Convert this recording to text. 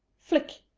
flick!